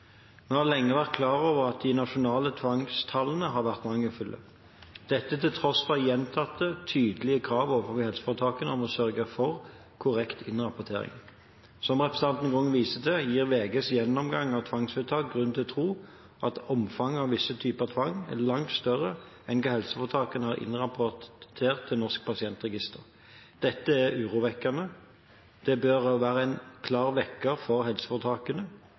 Vi har lenge vært klar over at de nasjonale tvangstallene har vært mangelfulle – dette til tross for gjentatte, tydelige krav overfor helseforetakene om å sørge for korrekt innrapportering. Som representanten Grung viser til, gir VGs gjennomgang av tvangsvedtak grunn til å tro at omfanget av visse typer tvang er langt større enn hva helseforetakene har innrapportert til Norsk pasientregister. Dette er urovekkende. Det bør også være en klar vekker for helseforetakene.